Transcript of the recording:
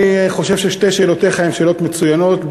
אני חושב ששתי שאלותיך הן שאלות מצוינות.